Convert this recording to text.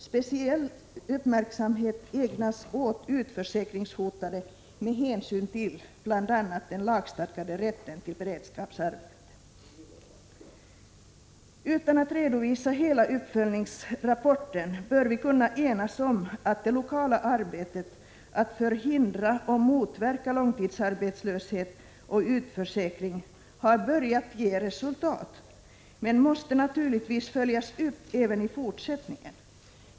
Speciell uppmärksamhet ägnas åt utförsäkringshotade med hänsyn till bla den lagstadgade rätten till beredskapsarbete.” Utan att redovisa hela uppföljningsrapporten bör vi kunna enas om att det lokala arbetet med att förhindra och motverka långtidsarbetslöshet och utförsäkring har börjat ge resultat, men det måste naturligtvis följas upp även i fortsättningen.